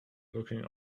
looking